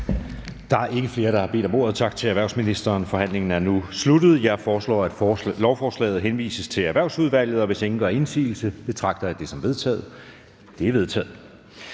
Der er ikke flere, der har bedt om ordet. Forhandlingen er nu sluttet. Jeg foreslår, at lovforslaget henvise til Erhvervsudvalget, og hvis ingen gør indsigelse, betragter det som vedtaget. Det er vedtaget.